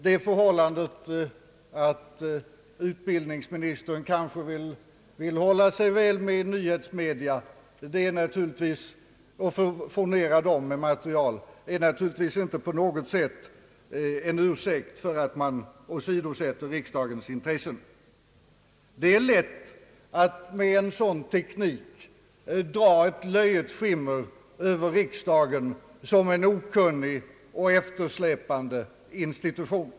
Det förhållandet att utbildningsministern kanske vill hålla sig väl med nyhetsmedia och furnera dem så snabbt som möjligt med material är naturligtvis inte på något sätt en ursäkt för att man åsidosätter riksdagens intressen. Det är lätt att med en sådan teknik dra ett löjets skimmer över riksdagen som en okunnig och eftersläpande institution.